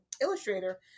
illustrator